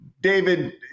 David